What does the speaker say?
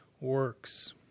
works